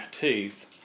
teeth